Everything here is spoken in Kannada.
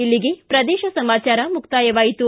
ಇಲ್ಲಿಗೆ ಪ್ರದೇಶ ಸಮಾಚಾರ ಮುಕ್ತಾಯವಾಯಿತು